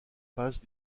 faces